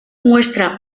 muestra